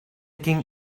king